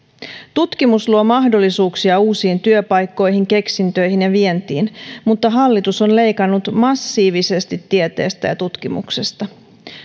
tutkimus luo mahdollisuuksia uusiin työpaikkoihin keksintöihin ja vientiin mutta hallitus on leikannut massiivisesti tieteestä ja tutkimuksesta